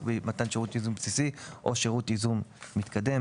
במתן שירות ייזום בסיסי או שירות ייזום מתקדם.